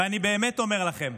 ואני באמת אומר לכם: